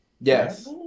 Yes